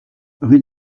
rue